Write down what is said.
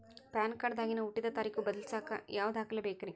PAN card ದಾಗಿನ ಹುಟ್ಟಿದ ತಾರೇಖು ಬದಲಿಸಾಕ್ ಯಾವ ದಾಖಲೆ ಬೇಕ್ರಿ?